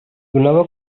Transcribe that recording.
donava